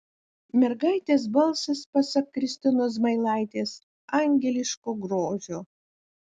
mergaitės balsas pasak kristinos zmailaitės angeliško grožio